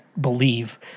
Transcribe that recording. believe